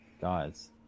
guys